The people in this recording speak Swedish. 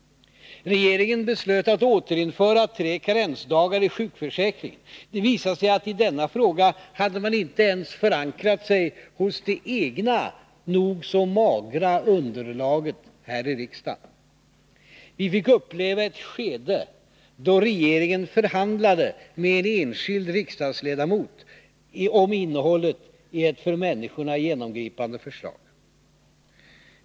Regeringen beslöt att återinföra tre karensdagar i sjukförsäkringen. Det visade sig att i denna fråga hade man inte ens förankrat sig hos det egna, nog så magra underlaget här i riksdagen. Vi fick uppleva ett skede då regeringen förhandlade med en enskild riksdagsledamot om innehållet i ett för människorna genomgripande förslag.